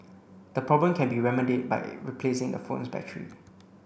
the problem can be remedied by replacing the phone's battery